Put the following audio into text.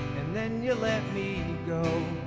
and then you let me go